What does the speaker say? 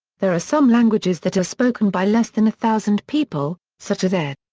there are some languages that are spoken by less than a thousand people, such as aer.